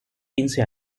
quince